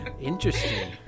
Interesting